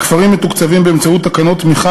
הכפרים מתוקצבים באמצעות תקנות תמיכה